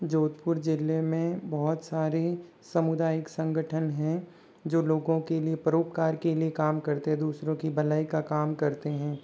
जोधपुर ज़िले में बहुत सारी सामुदायिक संगठन हैं जो लोगों के लिए परोपकार के लिए काम करते दूसरों की भलाई का काम करते हैं